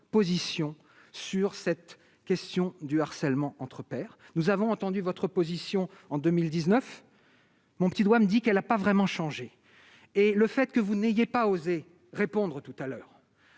position sur cette question du harcèlement entre pairs, nous avons entendu votre position en 2019, mon petit doigt me dit qu'elle a pas vraiment changé et le fait que vous n'ayez pas osé répondre tout à l'heure.